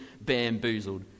bamboozled